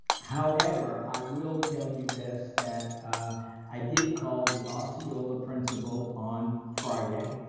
however, i will tell you this, that i did call the osceola principal on friday,